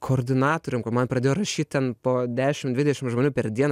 koordinatorium man pradėjo rašyt ten po dešim dvidešim žmonių per dieną